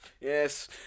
yes